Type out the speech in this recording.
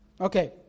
Okay